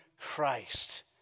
Christ